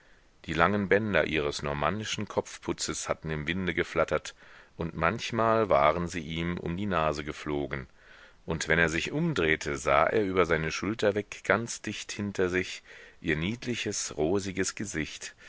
die langen bänder ihres normannischen kopfputzes hatten im winde geflattert und manchmal waren sie ihm um die nase geflogen und wenn er sich umdrehte sah er über seine schulter weg ganz dicht hinter sich ihr niedliches rosiges gesicht